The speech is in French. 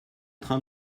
train